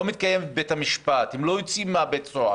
לא מתקיימת בבית המשפט, הם לא יוצאים מבית הסוהר.